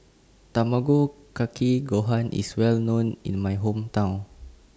Tamago Kake Gohan IS Well known in My Hometown